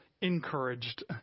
encouraged